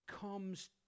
comes